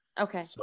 Okay